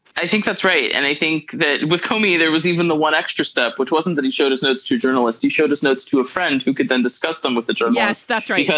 i think that's right and i think that would kill me there was even the one extra step which wasn't that he showed his notes to journalists who showed us notes to a friend who could then discuss them with the jury. yes that's right.